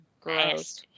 Gross